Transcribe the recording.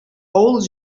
авыл